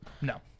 No